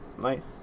Nice